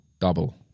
double